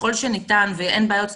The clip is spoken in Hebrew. ככל שניתן ואין בעיות סטטוטוריות.